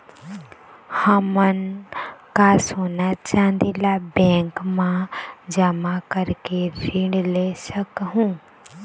हमन का सोना चांदी ला बैंक मा जमा करके ऋण ले सकहूं?